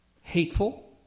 hateful